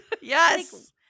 yes